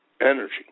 energy